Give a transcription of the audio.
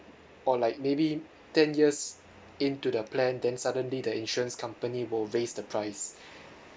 or like maybe ten years into the plan then suddenly the insurance company will raise the price